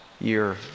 year